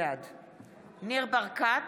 ניר ברקת,